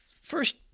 first